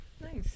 nice